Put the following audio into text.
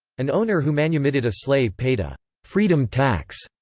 an owner who manumitted a slave paid a freedom tax,